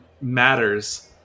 matters